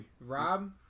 rob